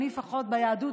לפחות ביהדות,